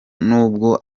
nubwo